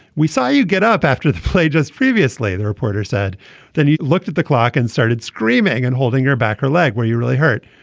we saw you get up after the play just previously. the reporter said then he looked at the clock and started screaming and holding your back or leg where you really hurt.